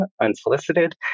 unsolicited